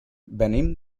venim